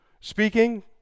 speaking